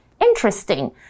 interesting